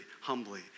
humbly